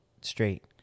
straight